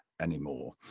anymore